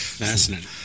Fascinating